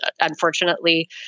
unfortunately